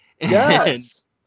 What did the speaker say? Yes